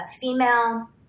female